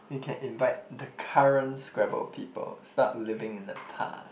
you can invite the current scrabble people stop living in the past